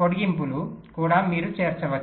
పొడిగింపులను కూడా మీరు చేర్చవచ్చు